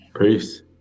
Peace